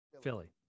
Philly